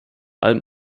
allem